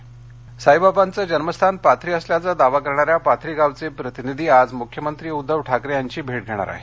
साईवाबा साईबाबांचं जन्मस्थान पाथरी असल्याचा दावा करणाऱ्या पाथरी गावचे प्रतिनिधी आज मुख्यमंत्री उद्धव ठाकरे यांची भेट घेणार आहेत